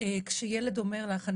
כשילד אומר לך,